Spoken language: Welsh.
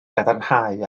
gadarnhau